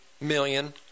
million